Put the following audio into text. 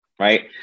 right